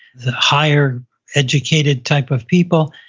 the higher educated type of people.